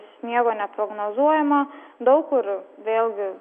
sniego neprognozuojama daug kur vėlgi